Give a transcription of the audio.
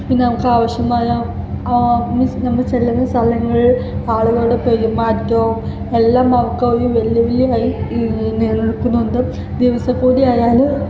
പിന്നെ നമുക്കാവശ്യമായ മീൻഡ്സ് നമ്മള് ചെല്ലുന്ന സ്ഥലങ്ങളിൽ ആളുകളുടെ പെരുമാറ്റവും എല്ലാം അവർക്ക് ഒരു വെല്ലുവിളിയായി നിലനിൽക്കുന്നുണ്ട് ദിവസക്കൂലിയായാല്